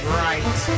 right